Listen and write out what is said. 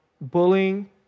bullying